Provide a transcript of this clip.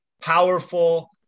powerful